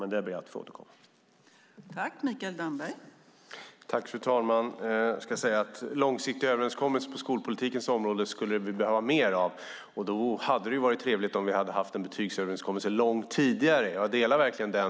Men det ber jag att få återkomma till.